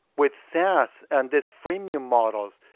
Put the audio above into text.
with saas and this freemium models,